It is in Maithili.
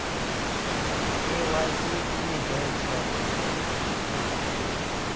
के.वाई.सी की हे छे?